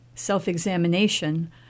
self-examination